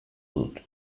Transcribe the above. dut